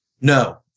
No